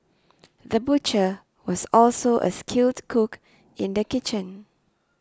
the butcher was also a skilled cook in the kitchen